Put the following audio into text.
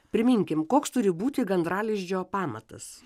priminkim koks turi būti gandralizdžio pamatas